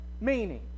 meaning